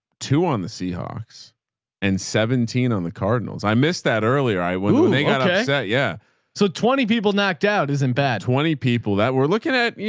two on the seahawks and seventeen on the cardinals. i missed that earlier. i wasn't. they got upset. yeah so twenty people knocked out. isn't bad. twenty people that we're looking at, you